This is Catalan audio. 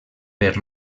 per